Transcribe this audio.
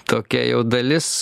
tokia jau dalis